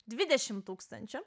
dvidešim tūkstančių